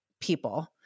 people